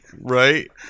Right